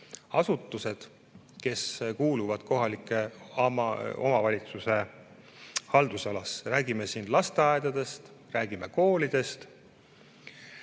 asutused, mis kuuluvad kohaliku omavalitsuse haldusalasse – me räägime lasteaedadest, räägime koolidest,